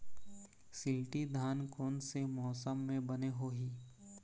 शिल्टी धान कोन से मौसम मे बने होही?